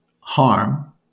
harm